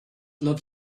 love